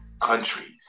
countries